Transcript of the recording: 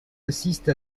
assiste